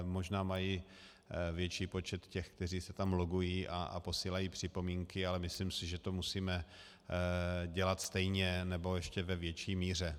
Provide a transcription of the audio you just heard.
Možná mají větší počet těch, kteří se tam logují a posílají připomínky, ale myslím si, že to musíme dělat stejně, nebo ještě ve větší míře.